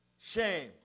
Shame